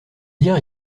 dire